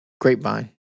Grapevine